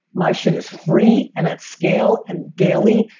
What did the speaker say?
my shit is free, and it's scale, and daily,